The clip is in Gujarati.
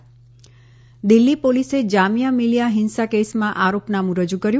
ત દિલ્ફી પોલીસે જામીયા મીલીયા ફીંસા કેસમાં આરોપનામું રજૂ કર્યું